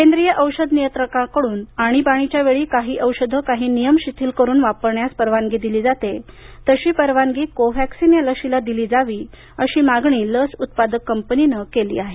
केंद्रीय औषध नियंत्रकांकडून आणीबाणीच्या वेळी काही औषधं काही नियम शिथिल करून वापरण्यास परवानगी दिली जाते तशी परवानगी या लशीला दिली जावी अशी मागणी लस उत्पादक कंपनीन केली आहे